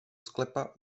sklepa